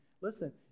Listen